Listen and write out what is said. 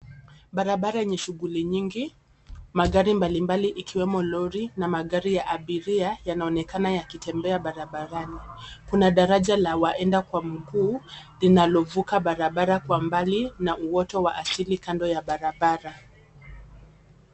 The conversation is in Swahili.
Barabara enye shuguli nyingi, magari mbalimbali ikiwemo lori na magari ya abiria yanaonekana yakitembea barabarani, kuna daraja la waenda kwa miguu linalovuka barabara kwa mbali na uoto wa asili kando ya barabara.